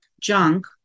junk